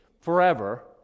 Forever